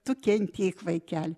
tu kentėk vaikeli